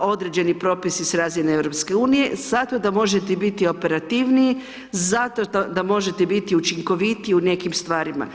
određeni propisi sa razine EU-a, zato da možete biti operativniji, zato da možete biti učinkovitiji u nekim stvarima.